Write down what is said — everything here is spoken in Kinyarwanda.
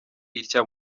itya